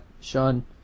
Sean